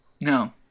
No